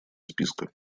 списка